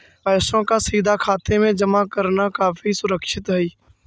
पैसों का सीधा खाते में जमा करना काफी सुरक्षित हई